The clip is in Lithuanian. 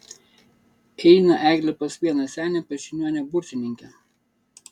eina eglė pas vieną senę pas žiniuonę burtininkę